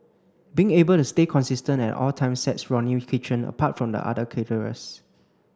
being able to stay consistent at all times sets Ronnie Kitchen apart from the other caterers